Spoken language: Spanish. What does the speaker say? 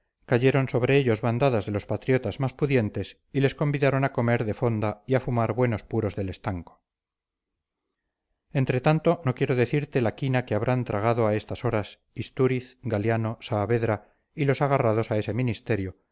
cayeron sobre ellos bandadas de los patriotas más pudientes y les convidaron a comer de fonda y a fumar buenos puros del estanco entre tanto no quiero decirte la quina que habrán tragado a estas horas istúriz galiano saavedra y los agarrados a ese ministerio